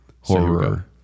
Horror